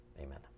Amen